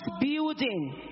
building